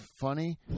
funny